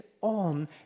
on